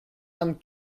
vingt